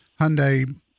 Hyundai